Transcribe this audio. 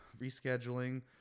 rescheduling